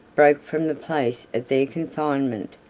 broke from the place of their confinement,